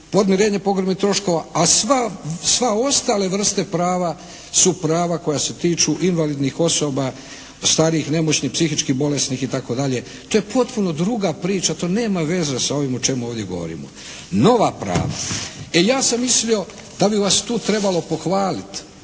podmirenje pogrebnih troškova a sve ostale vrste prava su prava koja se tiču invalidnih osoba, starijih, nemoćnih, psihički bolesnih itd. To je potpuno druga priča, to nema veze sa ovim o čemu ovdje govorimo. Nova prava, e ja sam mislio da bi vas tu trebalo pohvaliti